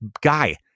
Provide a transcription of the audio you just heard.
guy